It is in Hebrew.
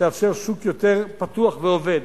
תאפשר שוק יותר פתוח ועובד